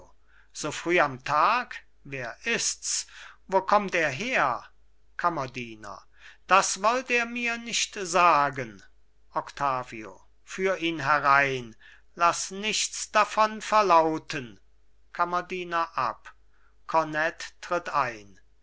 so früh am tag wer ists wo kommt er her kammerdiener das wollt er mir nicht sagen octavio führ ihn herein laß nichts davon verlauten kammerdiener ab kornett tritt ein